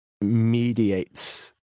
mediates